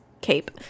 cape